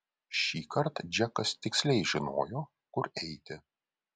šįkart džekas tiksliai žinojo kur eiti